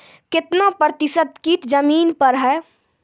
कितना प्रतिसत कीट जमीन पर हैं?